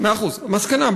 מאה אחוז, מסקנה.